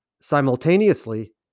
Simultaneously